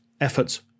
efforts